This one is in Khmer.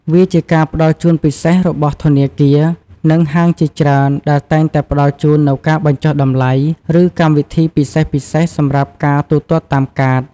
វាជាការផ្តល់ជូនពិសេសរបស់ធនាគារ និងហាងជាច្រើនដែលតែងតែផ្តល់ជូននូវការបញ្ចុះតម្លៃ ឬកម្មវិធីពិសេសៗ សម្រាប់ការទូទាត់តាមកាត។